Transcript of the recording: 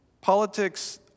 Politics